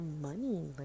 money